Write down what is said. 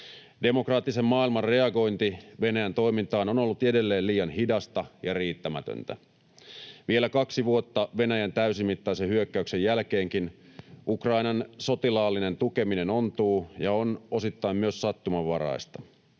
Demokraattisen maailman reagointi Venäjän toimintaan on ollut edelleen liian hidasta ja riittämätöntä. Vielä kaksi vuotta Venäjän täysimittaisen hyökkäyksen jälkeenkin Ukrainan sotilaallinen tukeminen ontuu ja on osittain myös sattumanvaraista.